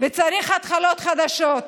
וצריך התחלות חדשות,